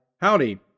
Howdy